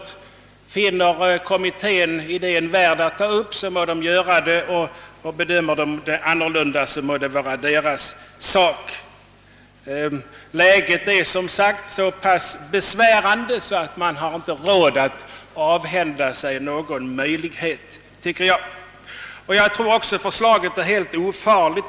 Finner kommittén idén värd att tas upp, må den göra detta. Om kommittén kommer till ett annat resultat, må det vara dess ensak. Läget är som sagt så pass besvärande att vi inte har råd att avhända oss någon möjlighet. Jag tror också att förslaget är helt ofarligt.